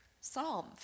Psalm